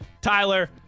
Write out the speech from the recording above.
Tyler